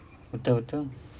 betul betul